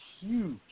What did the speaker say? huge